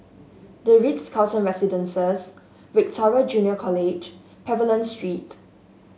the Ritz Carlton Residences Victoria Junior College Pavilion Street